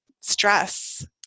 stress